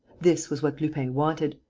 this was what lupin wanted.